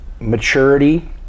maturity